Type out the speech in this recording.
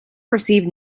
received